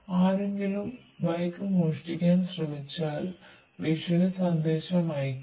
ആരെങ്കിലും ബൈക്ക് മോഷ്ടിക്കാൻ ശ്രമിച്ചാൽ ഭീഷണി സന്ദേശം അയക്കും